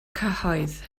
cyhoedd